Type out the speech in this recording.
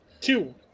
two